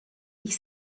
ich